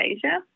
Asia